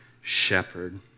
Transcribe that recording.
shepherd